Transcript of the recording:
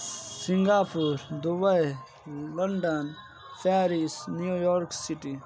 Singapore Dubai London Paris New York City